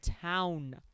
town